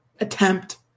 attempt